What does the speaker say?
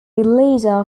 leader